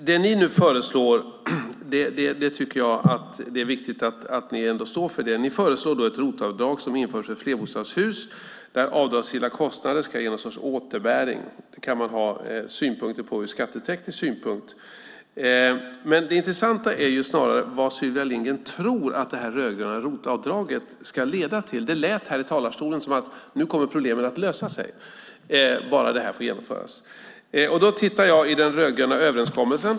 Det är viktigt att ni står för det som ni nu föreslår, Sylvia Lindgren, nämligen ett ROT-avdrag som ska införas för flerbostadshus där avdragsgilla kostnader ska ge någon sorts återbäring. Man kan ha synpunkter på det av skattetekniska skäl, men det intressanta är vad Sylvia Lindgren tror att det rödgröna ROT-avdraget ska leda till. Det lät från talarstolen som om problemet kommer att lösa sig bara ROT-avdraget får genomföras. Då tittar jag i den rödgröna överenskommelsen.